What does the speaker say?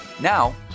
Now